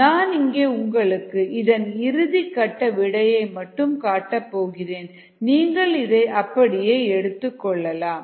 நான் இங்கே உங்களுக்கு இதன் இறுதி கட்ட விடையை மட்டும் காட்டப் போகிறேன் நீங்கள் இதை அப்படியே எடுத்துக் கொள்ளலாம்